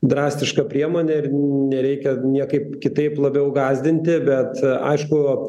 drastiška priemonė ir nereikia niekaip kitaip labiau gąsdinti bet aišku